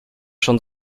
schon